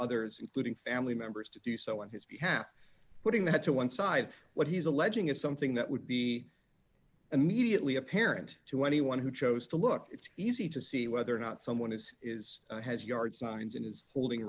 others including family members to do so on his behalf putting that to one side what he's alleging is something that would be immediately apparent to anyone who chose to look it's easy to see whether or not someone is is has yard signs and is holding